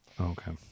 Okay